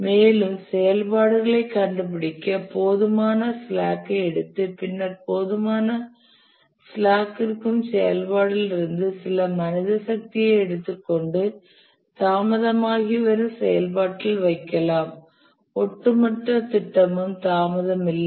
மேலும் செயல்பாடுகளைக் கண்டுபிடிக்க போதுமான ஸ்லாக்கை எடுத்து பின்னர் போதுமான ஸ்லாக் இருக்கும் செயல்பாட்டில் இருந்து சில மனித சக்தியை எடுத்துக் கொண்டு தாமதமாகி வரும் செயல்பாட்டில் வைக்கலாம் ஒட்டுமொத்த திட்டமும் தாமதம் இல்லை